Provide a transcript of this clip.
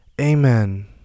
Amen